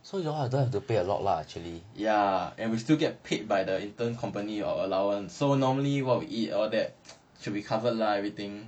ya and we still get paid by the intern company or allowance so normally what we eat or that should be covered lah everything